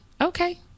okay